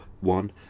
one